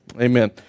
Amen